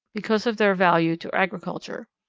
because of their value to agriculture.